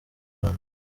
rwanda